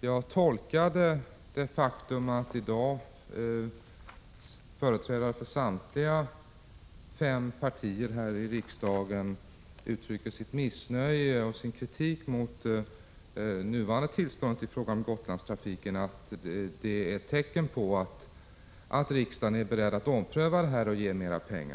jag tolkade det faktum att i dag företrädare för samtliga fem partier här i riksdagen uttrycker sitt missnöje med och sin kritik mot det nuvarande tillståndet när det gäller Gotlandstrafiken som ett tecken på att riksdagen är beredd att ompröva beslutet och anslå mera pengar.